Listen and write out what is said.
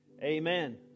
Amen